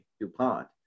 DuPont